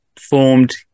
formed